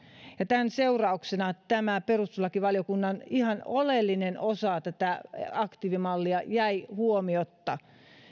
ja tämän seurauksena tämä perustuslakivaliokunnan ihan oleellinen osa tätä aktiivimallia jäi huomiotta